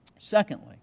Secondly